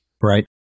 Right